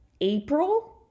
April